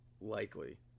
likely